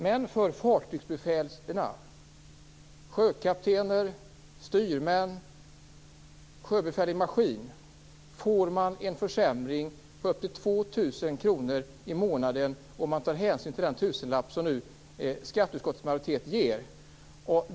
Men fartygsbefälen - sjökaptener, styrmän, sjöbefäl i maskin - får en försämring på upp till 2 000 kr i månaden om man tar hänsyn till den tusenlapp som skatteutskottets majoritet nu ger.